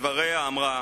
בדבריה אמרה: